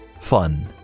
fun